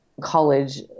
college